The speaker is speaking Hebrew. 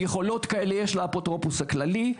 יכולות כאלה יש לאפוטרופוס הכללי.